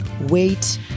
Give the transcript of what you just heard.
wait